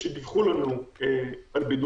אולי אתה מוכן להסביר לנו מה זאת רשימת הבידוד?